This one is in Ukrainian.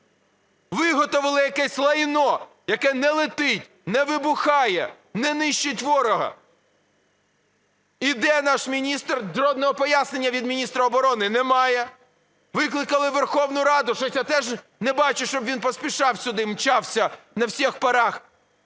Виготовили якесь лайно, яке не летить, не вибухає, не нищить ворога. І де наш міністр? Жодного пояснення від міністра оборони немає. Викликали у Верховну Раду – щось я теж не бачу, щоб він поспішав сюди, мчався на всіх парах,